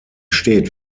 steht